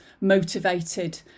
motivated